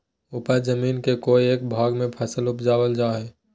उपज जमीन के कोय एक भाग में फसल उपजाबल जा हइ